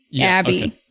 Abby